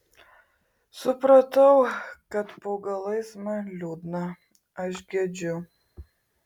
supratau kad po galais man liūdna aš gedžiu